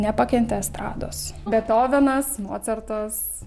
nepakentė estrados betovenas mocartas